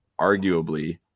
arguably